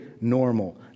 normal